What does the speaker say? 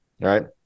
right